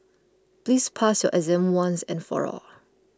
please pass your exam once and for all